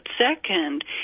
second